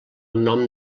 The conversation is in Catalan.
nom